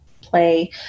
play